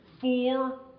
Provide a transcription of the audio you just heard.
four